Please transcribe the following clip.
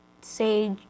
say